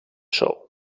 show